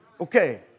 Okay